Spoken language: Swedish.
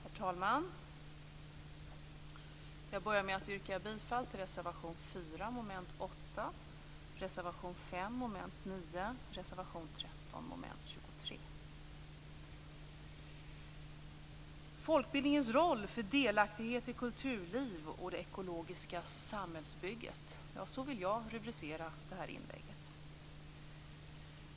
Herr talman! Jag börjar med att yrka bifall till reservation 4 under mom. 8, reservation 5 under mom. 9 Folkbildningens roll för delaktighet i kulturliv och det ekologiska samhällsbygget - ja, så vill jag rubricera det här inlägget.